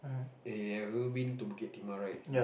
eh have you been to Bukit-Timah right